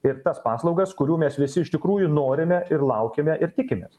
ir tas paslaugas kurių mes visi iš tikrųjų norime ir laukiame ir tikimės